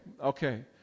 okay